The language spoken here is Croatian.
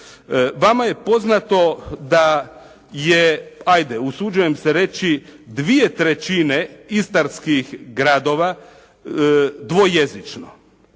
Vama je poznato da je ajde usuđujem se reći 2/3 Istarskih gradova dvojezično.